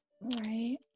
Right